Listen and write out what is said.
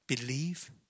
believe